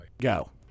Go